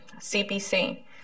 CPC